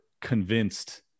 convinced